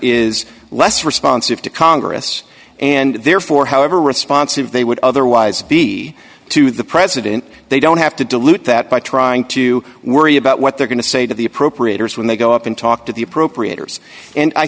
is less responsive to congress and therefore however responsive they would otherwise be to the president they don't have to dilute that by trying to worry about what they're going to say to the appropriators when they go up and talk to the appropriators and i